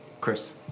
Chris